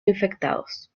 infectados